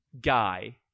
guy